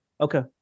okay